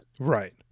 Right